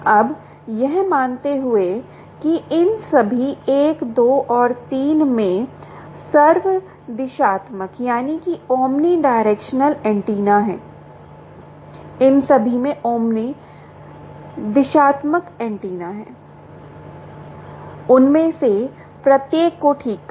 अब यह मानते हुए कि इन सभी 1 2 और 3 में सर्वदिशात्मक ऐन्टेना है इन सभी में omni दिशात्मक ऐन्टेना है उनमें से प्रत्येक को ठीक करें